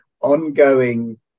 ongoing